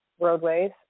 roadways